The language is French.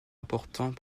important